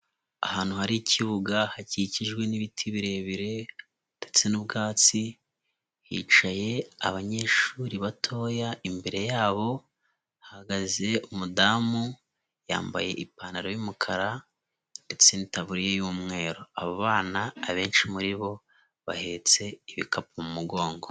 Ahantu hari ikibuga, hakikijwe n'ibiti birebire, ndetse n'ubwatsi, hicaye abanyeshuri batoya, imbere yabo hahagaze umudamu, yambaye ipantaro y'umukara, ndetse n'itaburiya y'umweru. Abo bana, abenshi muri bo bahetse ibikapu mu mugongo.